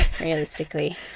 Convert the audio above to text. realistically